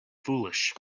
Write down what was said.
foolish